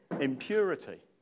Impurity